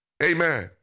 Amen